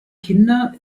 kinder